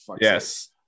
Yes